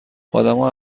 آدما